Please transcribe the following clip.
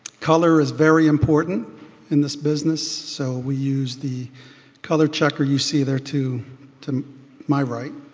color is very important in this business, so we use the color checker you see there to to my right,